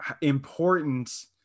important